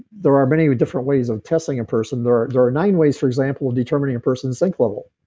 there are many different ways of testing and person. there are there are nine ways, for example, of determining a person's zinc level.